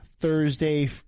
Thursday